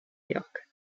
york